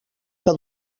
que